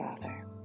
Father